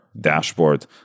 dashboard